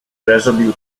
resolutely